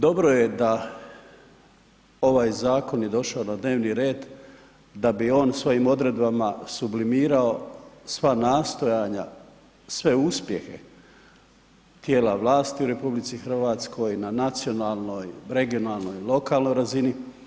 Dobro je da ovaj zakon je došao na dnevni red, da bi on svojim odredbama sublimirao sva nastojanja, sve uspjehe tijela vlasti u RH, na nacionalnoj, regionalnoj, lokalnoj razini.